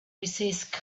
resist